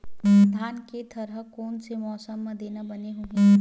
धान के थरहा कोन से मौसम म देना बने होही?